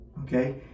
Okay